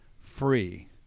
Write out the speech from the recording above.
free